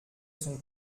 son